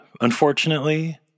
unfortunately